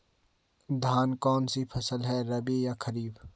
धान कौन सी फसल है रबी या खरीफ?